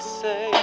say